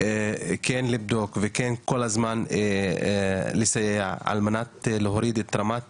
כן לבדוק וכן כל הזמן לסייע על מנת להוריד את רמת